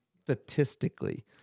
statistically